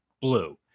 blue